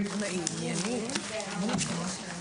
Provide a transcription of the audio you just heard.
הישיבה ננעלה בשעה